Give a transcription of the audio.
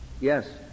yes